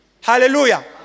Hallelujah